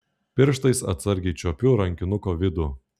pirštais atsargiai čiuopiu rankinuko vidų